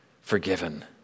forgiven